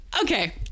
Okay